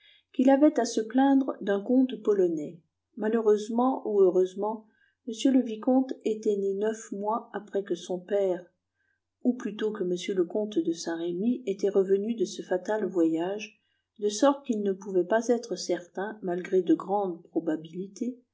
qu'il avait à se plaindre d'un comte polonais malheureusement ou heureusement m le vicomte était né neuf mois après que son père ou plutôt que m le comte de saint-remy était revenu de ce fatal voyage de sorte qu'il ne pouvait pas être certain malgré de grandes probabilités